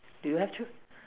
do you have chute